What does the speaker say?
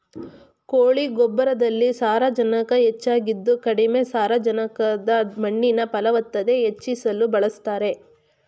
ಕೋಳಿ ಗೊಬ್ಬರದಲ್ಲಿ ಸಾರಜನಕ ಹೆಚ್ಚಾಗಿದ್ದು ಕಡಿಮೆ ಸಾರಜನಕದ ಮಣ್ಣಿನ ಫಲವತ್ತತೆ ಹೆಚ್ಚಿಸಲು ಬಳಸ್ತಾರೆ